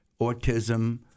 autism